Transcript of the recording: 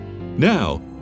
Now